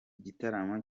gitaramo